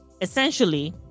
Essentially